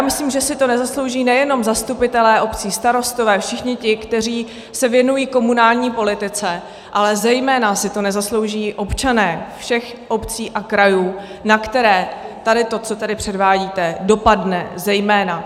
Myslím, že si to nezaslouží nejenom zastupitelé obcí, starostové, všichni ti, kteří se věnují komunální politice, ale zejména si to nezaslouží občané všech obcí a krajů, na které tady to, co tady předvádíte, dopadne zejména.